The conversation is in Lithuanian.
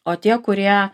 o tie kurie